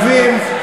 אויבים,